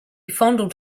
fondled